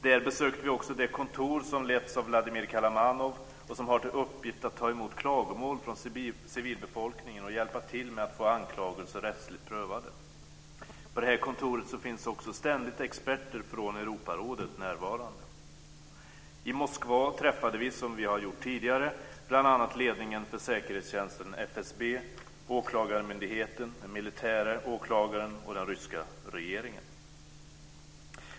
Där besökte vi också det kontor som letts av Vladimir Kalamanov och som har till uppgift att ta emot klagomål från civilbefolkningen och hjälpa till med att få anklagelser rättsligt prövade. På detta kontor finns det också ständigt experter från Europarådet närvarande. I Moskva träffade vi, som vi har gjort tidigare, bl.a. ledningen för säkerhetstjänsten FSB, åklagarmyndigheten, den militäre åklagaren, och den ryska regeringen.